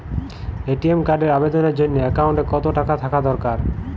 ATM কার্ডের আবেদনের জন্য অ্যাকাউন্টে কতো টাকা থাকা দরকার?